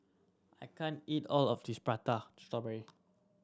I can't eat all of this Prata Strawberry